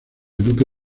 duque